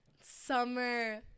summer